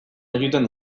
egiten